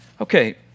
Okay